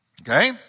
okay